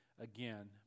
again